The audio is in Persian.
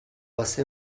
واسه